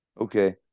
Okay